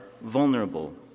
vulnerable